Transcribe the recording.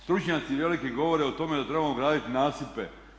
Stručnjaci veliki govore o tome da trebamo graditi nasipe.